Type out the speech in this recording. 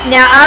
Now